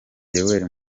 yoweri